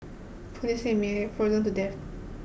police said may have frozen to death